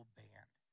band